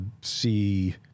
see